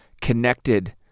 connected